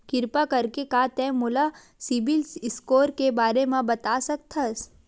किरपा करके का तै मोला सीबिल स्कोर के बारे माँ बता सकथस?